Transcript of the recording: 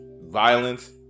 violence